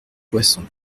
poisson